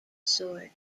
sword